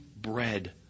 bread